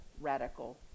radical